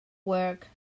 work